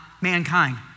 mankind